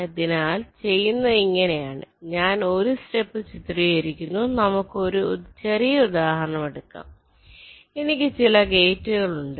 അതിനാൽ ചെയ്യുന്നത് ഇങ്ങനെയാണ് ഞാൻ 1 സ്റ്റെപ് ചിത്രീകരിക്കുന്നു നമുക്ക് ഒരു ചെറിയ ഉദാഹരണം എടുക്കാം എനിക്ക് ചില ഗേറ്റുകൾ ഉണ്ട്